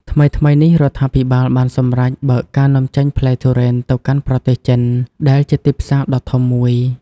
ថ្មីៗនេះ រដ្ឋាភិបាលបានសម្រេចបើកការនាំចេញផ្លែទុរេនទៅកាន់ប្រទេសចិន ដែលជាទីផ្សារដ៏ធំមួយ។